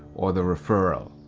or the referral.